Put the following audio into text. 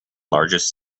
largest